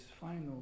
final